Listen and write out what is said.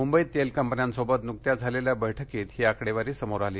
मुंबईत तेल कंपन्यांबरोबर नुकत्याच झालेल्या बैठकीवेळी ही आकडेवारी समोर आली